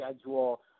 schedule